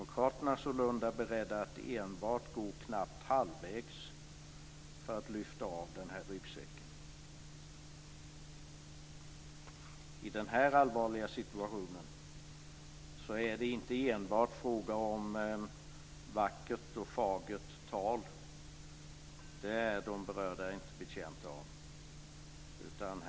I den här allvarliga situationen räcker det inte enbart med vackert och fagert tal. Det är de berörda inte betjänta av.